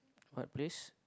what place